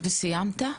וסיימת?